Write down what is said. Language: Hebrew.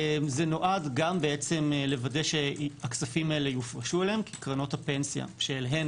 זה נועד גם לוודא שהכספים האלה יופרשו להם כי קרנות הפנסיה שאליהן